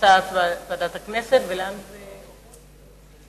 לסדר-היום מהוועדה המשותפת של ועדת העלייה,